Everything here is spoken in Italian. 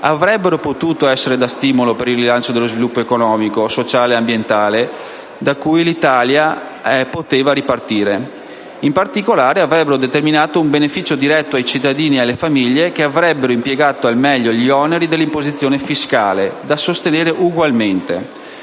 avrebbero potuto agire da stimolo per un rilancio dello sviluppo economico, sociale e ambientale da cui l'Italia sarebbe potuta ripartire. In particolare, avrebbero determinato un beneficio diretto ai cittadini e alle famiglie che avrebbero impiegato al meglio gli oneri dell'imposizione fiscale, da sostenere ugualmente,